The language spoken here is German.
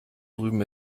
drüben